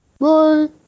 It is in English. Bye